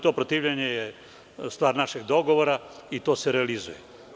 To protivljenje je stvar našeg dogovora i to se realizuje.